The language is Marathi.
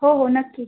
हो हो नक्की